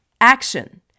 action